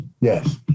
Yes